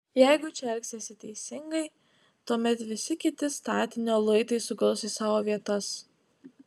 jeigu čia elgsiesi teisingai tuomet visi kiti statinio luitai suguls į savo vietas